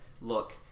look